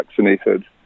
vaccinated